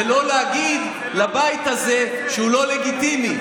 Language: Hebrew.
ולא להגיד לבית הזה שהוא לא לגיטימי,